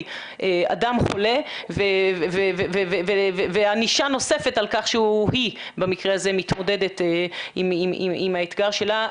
אדם חולה וענישה נוספת על כך שהיא מתמודדת עם האתגר שלה.